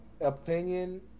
opinion